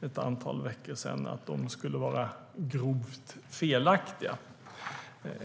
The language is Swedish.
ett antal veckor sedan skulle vara grovt felaktiga.